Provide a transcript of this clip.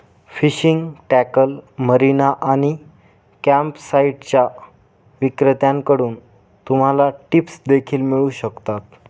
fishing tackle, marina आणि कॅम्पसाइट्सच्या विक्रेत्यांकडून तुम्हाला टिप्स देखील मिळू शकतात